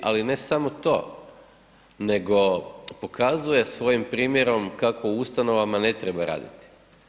Ali ne samo to, nego pokazuje svojim primjerom kako u ustanovama ne treba raditi.